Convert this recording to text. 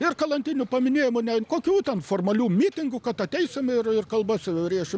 ir karantinių paminėjo ne kokių ten formalių mitingų kad ateisim ir kalbas rėšim